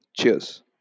Cheers